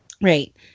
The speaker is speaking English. Right